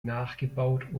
nachgebaut